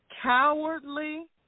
cowardly